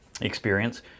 experience